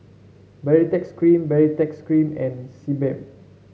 Baritex Cream Baritex Cream and Sebamed